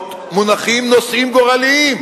מונחים נושאים גורליים,